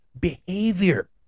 behavior